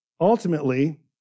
Ultimately